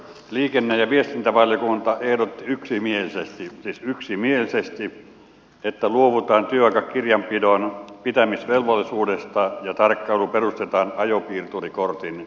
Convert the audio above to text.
liikenne ja viestintävaliokunta ehdotti yksimielisesti siis yksimielisesti että luovutaan työaikakirjanpidon pitämisvelvollisuudesta ja tarkkailu perustetaan ajopiirturikortin tietoihin